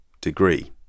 degree